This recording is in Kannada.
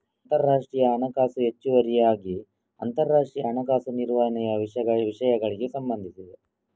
ಅಂತರರಾಷ್ಟ್ರೀಯ ಹಣಕಾಸು ಹೆಚ್ಚುವರಿಯಾಗಿ ಅಂತರರಾಷ್ಟ್ರೀಯ ಹಣಕಾಸು ನಿರ್ವಹಣೆಯ ವಿಷಯಗಳಿಗೆ ಸಂಬಂಧಿಸಿದೆ